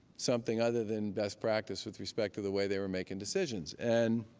something other than best practice with respect to the way they were making decisions. and